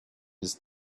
his